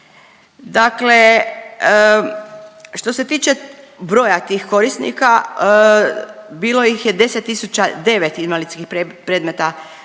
Dakle što se tiče broja tih korisnika, bilo ih je 10.009 invalidskih predmeta